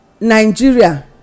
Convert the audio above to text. Nigeria